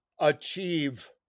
achieve